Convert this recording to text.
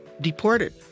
Deported